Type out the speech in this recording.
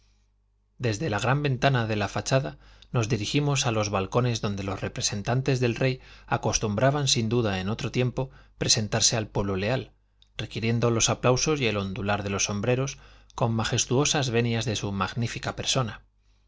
desde la gran ventana de la fachada nos dirigimos a los balcones donde los representantes del rey acostumbraban sin duda en otro tiempo presentarse al pueblo leal requiriendo los aplausos y el ondular de los sombreros con majestuosas venias de su magnífica persona